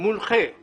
מנכ"ל